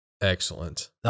Excellent